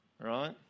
right